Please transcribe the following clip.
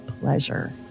pleasure